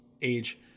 age